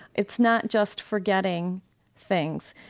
it's not just forgetting things,